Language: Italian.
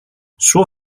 suo